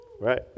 right